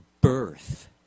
birth